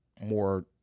more